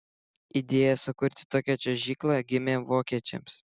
idėja sukurti tokią čiuožyklą gimė vokiečiams